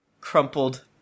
crumpled